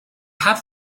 have